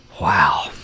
wow